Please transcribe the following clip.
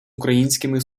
українськими